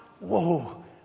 whoa